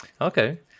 okay